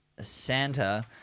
Santa